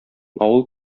авыл